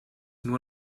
nur